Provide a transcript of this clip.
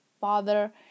father